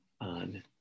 on